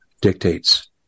dictates